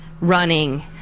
running